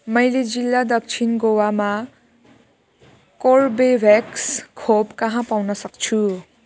मैले जिल्ला दक्षिण गोवामा कोर्बेभ्याक्स खोप कहाँ पाउनसक्छु